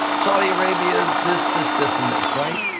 saudi arabia is this, this, this and this. right?